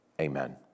Amen